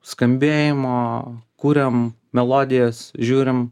skambėjimo kuriam melodijas žiūrim